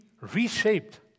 reshaped